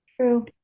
True